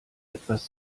etwas